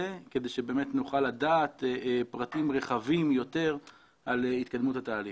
של מקינזי כדי שבאמת נוכל לדעת פרטים רחבים יותר על התקדמות התהליך.